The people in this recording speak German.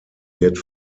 wird